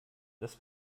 das